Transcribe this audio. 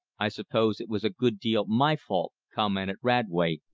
i suppose it was a good deal my fault, commented radway,